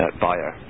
Buyer